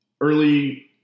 early